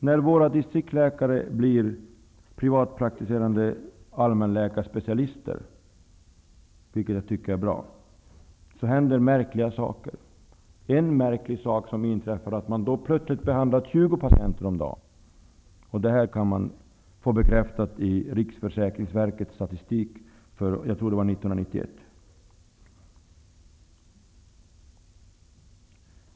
När våra distriktsläkare blir privatpraktiserande allmänläkarspecialister, vilket jag tycker är bra, händer märkliga saker. En märklig sak som inträffar är att man då plötsligt behandlar 20 patienter om dagen. Detta kan man få bekräftat i Riksförsäkringsverkets statistik, jag tror det var för år 1991.